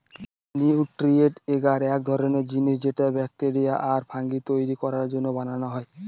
nutrient agar এক ধরনের জিনিস যেটা ব্যাকটেরিয়া আর ফাঙ্গি তৈরী করার জন্য বানানো হয়